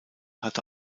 hatte